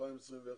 ב-2021